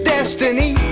Destiny